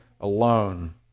alone